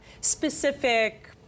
specific